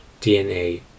DNA